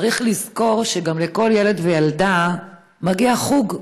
צריך לזכור גם שלכל ילד וילדה מגיע חוג,